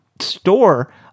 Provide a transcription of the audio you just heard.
store